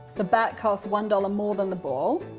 the bat costs one dollars more than the ball.